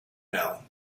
know